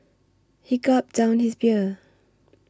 he gulped down his beer